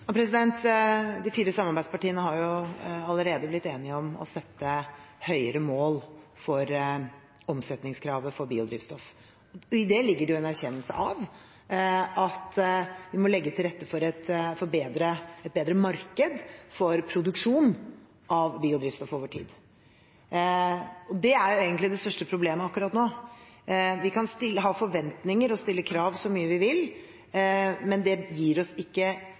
De fire samarbeidspartiene har allerede blitt enige om å sette høyere mål for omsetningskravet for biodrivstoff. I det ligger det en erkjennelse av at vi må legge til rette for et bedre marked for produksjon av biodrivstoff over tid. Det er egentlig det største problemet akkurat nå. Vi kan ha forventninger og stille krav så mye vi vil, men det gir oss ikke